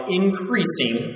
increasing